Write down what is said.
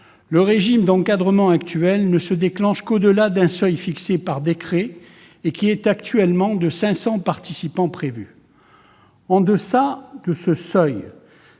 le régime d'encadrement actuel ne se déclenche qu'au-delà d'un seuil fixé par décret, qui est actuellement de 500 participants prévus. En deçà de ce seuil,